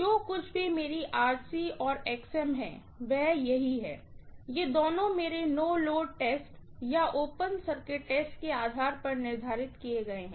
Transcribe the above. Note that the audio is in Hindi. जो कुछ भी मेरी और है वह यह है कि ये दोनों मेरे नो लोड टेस्ट या ओपन सर्किट टेस्ट के आधार पर निर्धारित किए गए हैं